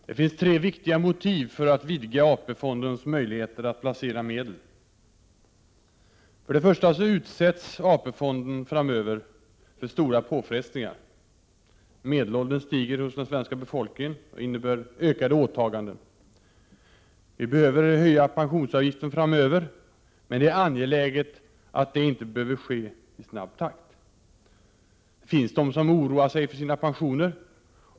Fru talman! Det finns tre viktiga motiv för att vidga AP-fondens möjligheter att placera medel: 1. AP-fonden utsätts framöver för stora påfrestningar. Medelåldern stiger hos den svenska befolkningen, och det innebär ökade åtaganden. Vi behöver höja pensionsavgiften framöver, men det är angeläget att det inte behöver ske i snabb takt. Det finns de som oroar sig för sina pensioner.